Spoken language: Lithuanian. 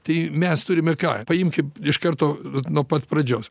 tai mes turime ką paimkim iš karto nuo pat pradžios